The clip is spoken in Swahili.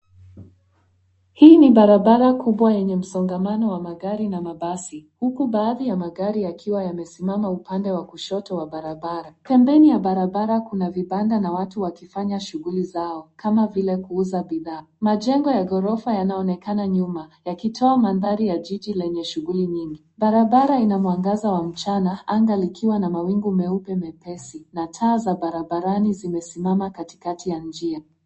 Hii ni barabara kubwa yenye msongamano wa magari na mabasi. Huku baadhi ya magari yakiwa yamesimama upande wa kushoto wa barabara. Pembeni ya barabara kuna vibanda na watu wakifanya shughuli zao, kama vile kuuza bidhaa. Majengo ya ghorofa yanaonekana nyuma, yakitoa mandhari ya jiji lenye shughuli nyingi. Barabara ina mwangaza wa mchana, anga likiwa na mawingu meupe mepesi na taa za barabarani zimesimama katikati ya njia.